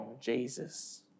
Jesus